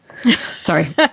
Sorry